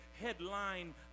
headline